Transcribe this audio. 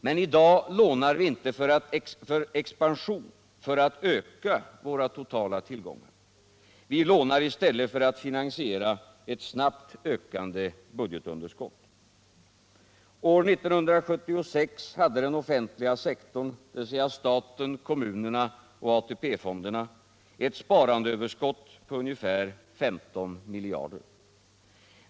Men i dag lånar vi inte för expansion, för att öka våra totala tillgångar. Vi lånar i stället för att finansiera ett snabbt ökande budgetunderskott. År 1976 hade den offentliga sektorn, dvs. staten, kommunerna och ATP fonderna, ett sparandeöverskott på ungefär 15 miljarder kronor.